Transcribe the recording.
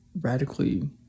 radically